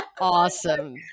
Awesome